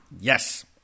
Yes